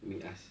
let me ask